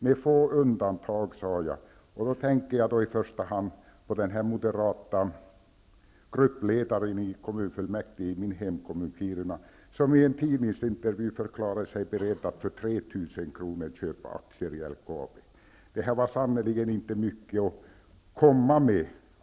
Med få undantag, sade jag, och då tänker jag i första hand på den moderate gruppledaren i kommunfullmäktige i min hemkommun Kiruna, som i en tidningsintervju förklarade sig beredd att för 3 000 kr. köpa aktier i LKAB. Det var sannerligen inte mycket att komma med.